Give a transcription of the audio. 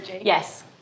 Yes